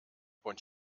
und